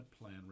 plan